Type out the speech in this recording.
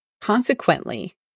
consequently